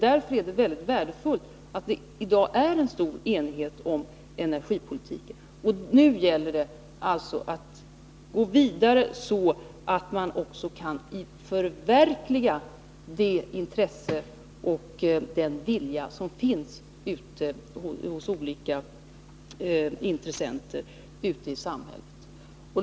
Därför är det väldigt värdefullt att det i dag finns en stor enighet om energipolitiken. Nu gäller det alltså att gå vidare så att man också kan förverkliga den vilja som finns hos olika intressenter ute i samhället.